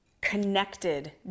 connected